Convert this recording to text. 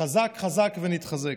"חזק חזק ונתחזק".